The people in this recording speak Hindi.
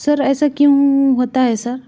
सर ऐसा क्यों होता है सर